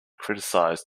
criticized